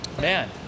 Man